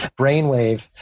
brainwave